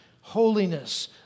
holiness